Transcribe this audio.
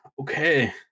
okay